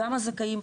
גם הזכאים,